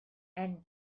and